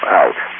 out